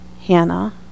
Hannah